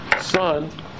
son